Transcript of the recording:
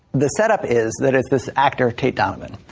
the setup is that it's this actor, tate donovan.